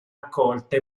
accolta